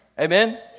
Amen